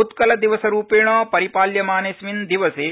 उत्कलदिवसरूपेण परिपाल्यमानेऽस्मिन् दिवसे